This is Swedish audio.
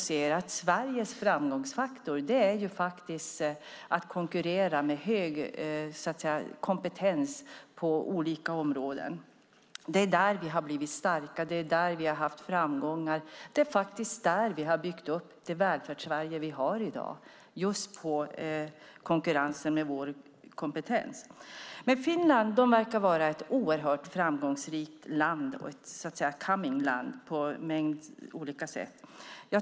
Sveriges framgångsfaktor är att konkurrera med hög kompetens på olika områden. Det är där vi är starka och har haft framgångar. Vi har byggt det Välfärdssverige vi har i dag på att konkurrera med vår kompetens. Finland verkar vara ett framgångsrikt land och ett coming land på flera sätt.